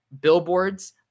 billboards